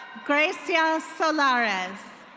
gracia sollaris.